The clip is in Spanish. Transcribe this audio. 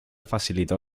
facilitó